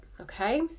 okay